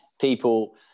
people